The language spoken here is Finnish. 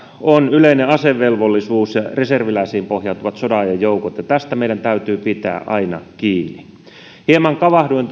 on yleinen asevelvollisuus ja reserviläisiin pohjautuvat sodanajan joukot ja tästä meidän täytyy pitää aina kiinni hieman kavahdin